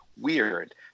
weird